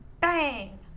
Bang